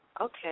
Okay